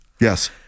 Yes